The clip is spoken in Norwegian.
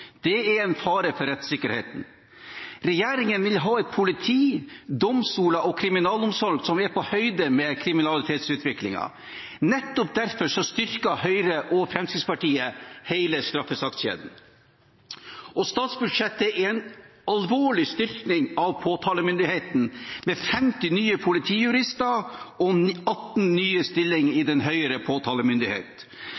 Det er en fare for rettssikkerheten. Regjeringen vil ha et politi, domstoler og kriminalomsorg som er på høyde med kriminalitetsutviklingen. Nettopp derfor styrker Høyre og Fremskrittspartiet hele straffesakskjeden. Statsbudsjettet er en alvorlig styrking av påtalemyndigheten, med 50 nye politijurister og 18 nye stillinger i